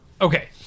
Okay